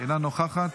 אינה נוכחת,